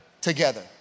together